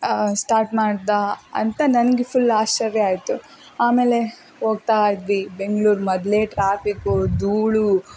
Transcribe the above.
start ಮಾಡಿದ ಅಂತ ನನಗೆ ಫುಲ್ ಆಶ್ಚರ್ಯ ಆಯಿತು ಆಮೇಲೆ ಹೋಗ್ತಾ ಇದ್ವಿ ಬೆಂಗ್ಳೂರು ಮೊದಲೇ ಟ್ರಾಫಿಕ್ಕು ಧೂಳು